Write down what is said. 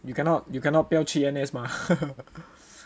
you cannot you cannot 不要去 N_S mah